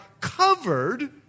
covered